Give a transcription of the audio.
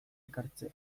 ekartzea